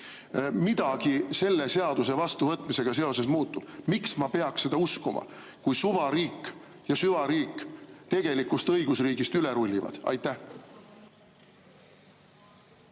midagi selle seaduse vastuvõtmisega seoses muutub? Miks ma peaksin seda uskuma, kui suvariik ja süvariik tegelikust õigusriigist üle rullivad? Aitäh,